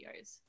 videos